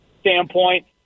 standpoint